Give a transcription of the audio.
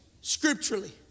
scripturally